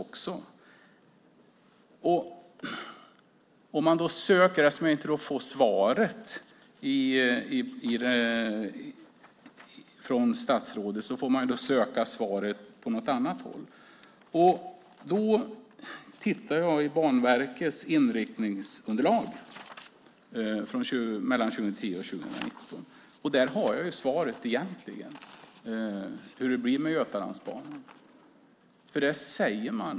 Eftersom jag inte får svar av statsrådet måste jag söka svaret på annat håll. I Banverkets inriktningsunderlag för 2010-2019 finns svaret hur det blir med Götalandsbanan.